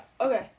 okay